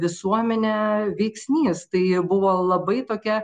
visuomenę veiksnys tai buvo labai tokia